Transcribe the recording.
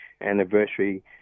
anniversary